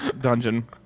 dungeon